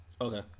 Okay